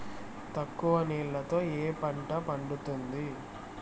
తక్కువ నీళ్లతో ఏ పంట పండుతుంది?